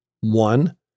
One